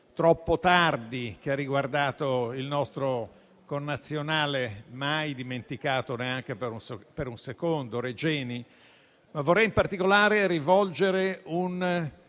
vicenda che ha riguardato il nostro connazionale mai dimenticato, neanche per un secondo, Giulio Regeni. Vorrei, in particolare, rivolgere un